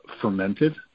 fermented